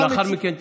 הוא לאחר מכן תיקן.